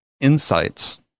insights